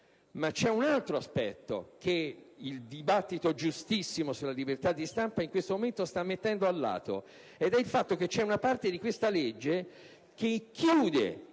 Ma c'è un altro aspetto che il dibattito giustissimo sulla libertà di stampa in questo momento sta mettendo a lato, ed è il fatto che c'è una parte di questa legge che "chiude"